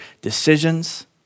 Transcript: decisions